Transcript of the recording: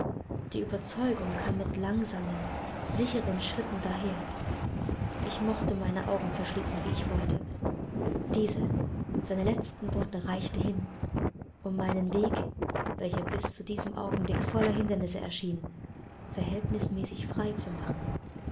die überzeugung kam mit langsamen sicheren schritten daher ich mochte meine augen verschließen wie ich wollte diese seine letzten worte reichten hin um meinen weg welcher bis zu diesem augenblick voller hindernisse erschienen verhältnismäßig frei zu machen